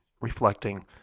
reflecting